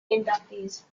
inductees